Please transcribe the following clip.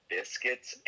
Biscuits